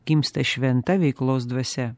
gimsta šventa veiklos dvasia